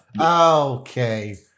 Okay